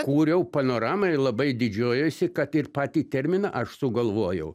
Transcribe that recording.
kūriau panoramą ir labai didžiuojuosi kad ir patį terminą aš sugalvojau